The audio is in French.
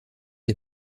des